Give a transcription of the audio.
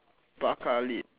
Barca lead